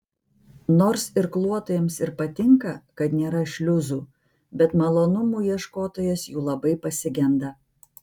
nors irkluotojams ir patinka kad nėra šliuzų bet malonumų ieškotojas jų labai pasigenda